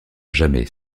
jamais